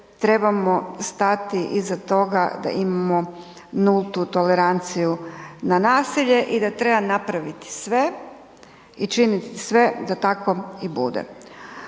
trebamo stati iza toga da imamo nultu toleranciju na nasilje i da treba napraviti sve i činiti sve da tako i bude.